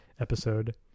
episode